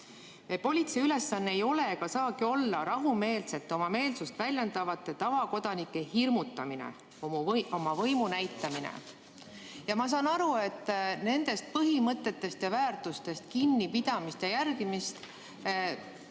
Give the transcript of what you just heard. Politsei ülesanne ei ole ega saagi olla rahumeelselt oma meelsust väljendavate tavakodanike hirmutamine, oma võimu näitamine. Ma saan aru, et nendest põhimõtetest ja väärtustest kinnipidamist ja nende järgimist